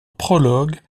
prologue